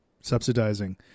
Subsidizing